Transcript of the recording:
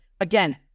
again